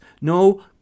no